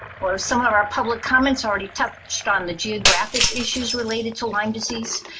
or some of our public comments already touched on the geographic issues related to lyme disease,